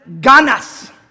ganas